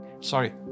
Sorry